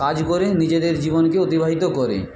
কাজ করে নিজেদের জীবনকে অতিবাহিত করে